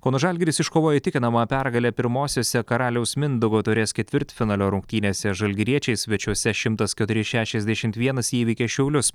kauno žalgiris iškovojo įtikinamą pergalę pirmosiose karaliaus mindaugo taurės ketvirtfinalio rungtynėse žalgiriečiai svečiuose šimtas keturi šešiasdešimt vienas įveikė šiaulius